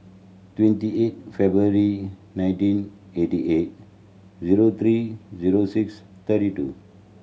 twenty eight February nineteen eighty eight zero three zero six thirty two